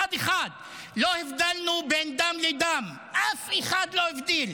אחד אחד, לא הבדלנו בין דם לדם, אף אחד לא הבדיל,